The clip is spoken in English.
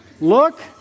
Look